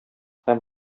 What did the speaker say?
һәм